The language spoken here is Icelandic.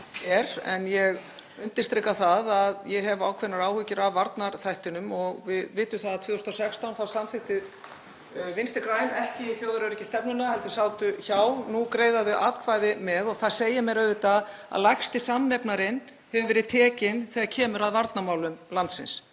En ég undirstrika að ég hef ákveðnar áhyggjur af varnarþættinum. Við vitum að árið 2016 samþykktu Vinstri græn ekki þjóðaröryggisstefnuna heldur sátu hjá. Nú greiða þau atkvæði með og það segir mér auðvitað að lægsti samnefnarinn hefur verið tekinn þegar kemur að varnarmálum landsins.